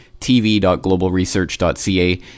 tv.globalresearch.ca